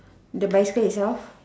the bicycle itself